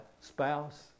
spouse